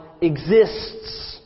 exists